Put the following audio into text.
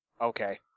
Okay